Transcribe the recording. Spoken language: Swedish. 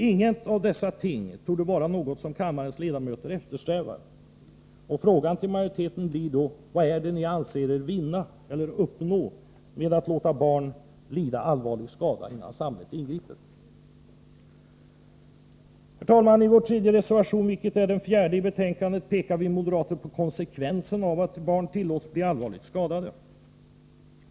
Kammarens ledamöter torde inte eftersträva något av dessa ting, och frågan till majoriteten blir då: Vad är det ni anser er vinna eller uppnå genom att låta barn lida allvarlig skada innan samhället ingriper? Herr talman! I vår tredje reservation, vilken är den fjärde i betänkandet, pekar vi moderater på konsekvensen av att barn tillåts bli allvarligt skadade.